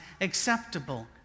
acceptable